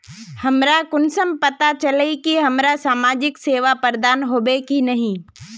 हमरा कुंसम पता चला इ की हमरा समाजिक सेवा प्रदान होबे की नहीं?